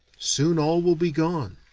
soon all will be gone.